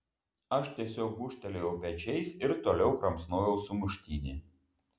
aš tiesiog gūžtelėjau pečiais ir toliau kramsnojau sumuštinį